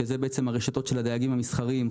שהן הרשתות של הדייגים המסחריים,